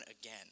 again